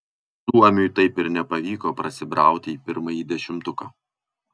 suomiui taip ir nepavyko prasibrauti į pirmąjį dešimtuką